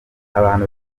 abantu